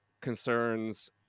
concerns